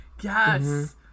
yes